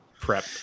prep